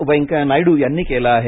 व्यंकय्या नायडू यांनी केलं आहे